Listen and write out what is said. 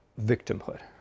victimhood